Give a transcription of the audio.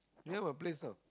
near my place lah